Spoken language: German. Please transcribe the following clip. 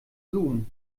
zoom